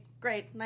Great